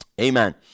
amen